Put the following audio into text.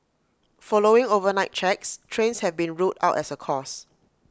following overnight checks trains have been ruled out as A cause